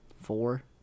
four